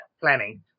planning